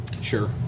Sure